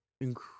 incredible